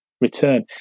return